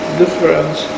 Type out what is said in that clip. difference